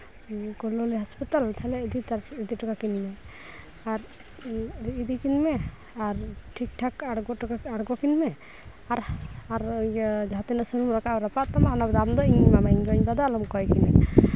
college hospital ᱛᱟᱦᱚᱞᱮ ᱤᱫᱤ ᱦᱚᱴᱚ ᱠᱟᱹᱠᱤᱱ ᱢᱮ ᱟᱨ ᱤᱫᱤ ᱠᱤᱱ ᱢᱮ ᱟᱨ ᱴᱷᱤᱠ ᱴᱷᱟᱠ ᱟᱬᱜᱚ ᱦᱚᱴᱚ ᱟᱬᱜᱚ ᱠᱟᱠᱤᱱᱢᱮ ᱟᱨ ᱟᱨ ᱡᱟᱦᱟᱸ ᱛᱤᱱᱟᱹᱜ ᱥᱩᱱᱩᱢ ᱨᱟᱯᱟᱜ ᱨᱟᱯᱟᱜ ᱛᱟᱢᱟ ᱚᱱᱟ ᱫᱟᱢ ᱫᱚ ᱤᱧ ᱮᱢᱟᱢᱟᱹᱧ ᱤᱧ ᱜᱚ ᱤᱧ ᱵᱟᱵᱟ ᱫᱚ ᱟᱞᱚᱢ ᱠᱚᱭ ᱠᱤᱱᱟ